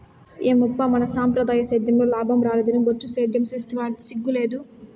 ఏమప్పా మన సంప్రదాయ సేద్యంలో లాభం రాలేదని బొచ్చు సేద్యం సేస్తివా సిగ్గు లేదూ